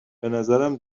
بنظرم